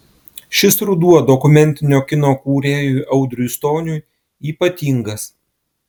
šis ruduo dokumentinio kino kūrėjui audriui stoniui ypatingas